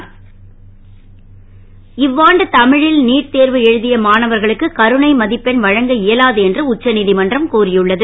கருணை மதிப்பெண் இவ்வாண்டு தமிழில் நீட் தேர்வு எழுதிய மாணவர்களுக்கு கருணை மதிப்பெண் வழங்க இயலாது என்று உச்சநீதிமன்றம் கூறியுள்ளது